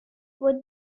what